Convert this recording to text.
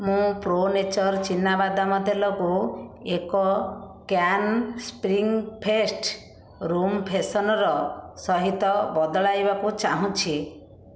ମୁଁ pro nature ଚିନାବାଦାମ ତେଲକୁ ଏକ can spring fest room freshener ସହିତ ବଦଳାଇବାକୁ ଚାହୁଁଛି